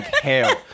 hell